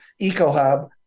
EcoHub